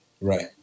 Right